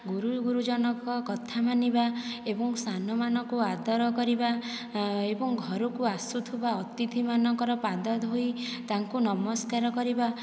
ଗୁରୁ ଗୁରୁଜନଙ୍କ କଥା ମାନିବା ଏବଂ ସାନମାନଙ୍କୁ ଆଦର କରିବା ଏବଂ ଘରକୁ ଆସୁଥିବା ଅତିଥିମାନଙ୍କର ପାଦ ଧୋଇ ତାଙ୍କୁ ନମସ୍କାର କରିବା